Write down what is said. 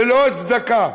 ללא הצדקה.